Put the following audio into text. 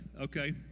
okay